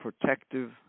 protective